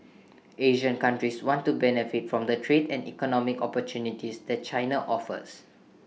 Asian countries want to benefit from the trade and economic opportunities that China offers